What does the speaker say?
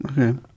Okay